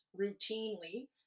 routinely